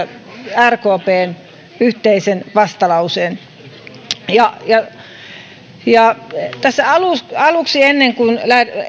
rkpn yhteisen vastalauseen aluksi ennen kuin